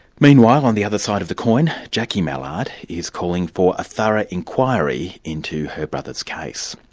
meanwhile, on the other side of the coin, jacqui mallard is calling for a thorough inquiry into her brother's case.